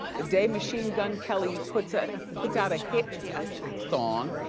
the day machine gun kelly puts ah puts out a hit song,